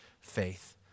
faith